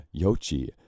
Yochi